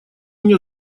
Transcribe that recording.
мне